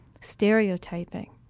stereotyping